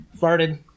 farted